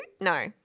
No